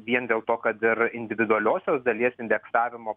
vien dėl to kad ir individualiosios dalies indeksavimo